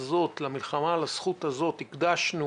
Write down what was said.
למלחמה על הזכות הזאת הקדשנו